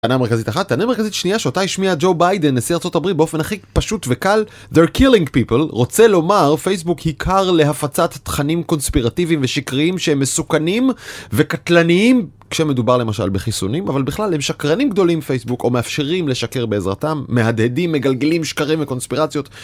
טענה מרכזית אחת. טענה מרכזית שנייה שאותה השמיע ג'ו ביידן, נשיא ארה״ב, באופן הכי פשוט וקל, They're killing people, רוצה לומר, פייסבוק היא כר להפצת תכנים קונספירטיביים ושקריים שהם מסוכנים וקטלניים כשמדובר למשל בחיסונים, אבל בכלל הם שקרנים גדולים פייסבוק או מאפשרים לשקר בעזרתם מהדהדים, מגלגלים, שקרים וקונספירציות